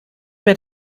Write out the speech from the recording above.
mehr